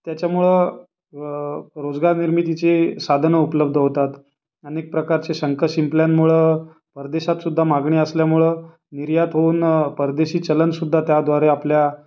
त्याच्यामुळं रोजगार निर्मितीची साधनं उपलब्ध होतात अनेक प्रकारच्या शंख शिंपल्यांमुळं परदेशातसुद्धा मागणी असल्यामुळं निर्यात होऊन परदेशी चलनसुद्धा त्याद्वारे आपल्या